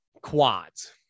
quads